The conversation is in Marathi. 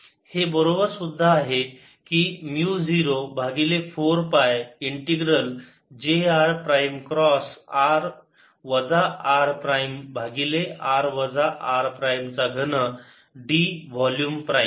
हे या बरोबर सुद्धा आहे की म्यु 0 भागिले 4 pi integral j r prime cross r वजा r प्राईम भागिले r वजा r प्राईम चा घन d वोल्युम प्राईम